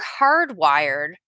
hardwired